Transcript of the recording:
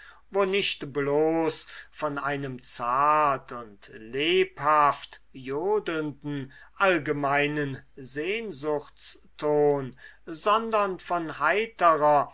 wo nicht bloß von einem zart und lebhaft jodelnden allgemeinen sehnsuchtston sondern von heiterer